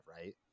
right